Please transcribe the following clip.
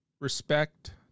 Respect